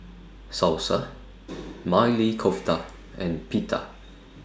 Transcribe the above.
Salsa Maili Kofta and Pita